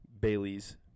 bailey's